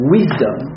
Wisdom